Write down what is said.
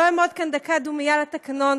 אני לא אעמוד כאן דקה דקה דומייה לתקנון,